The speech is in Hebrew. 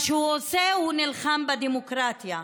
מה שהוא עושה, הוא נלחם בדמוקרטיה.